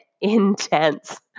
intense